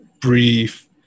brief